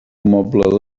moble